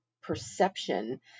perception